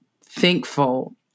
thankful